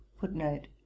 Footnote